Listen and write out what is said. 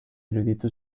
iruditu